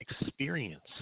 experience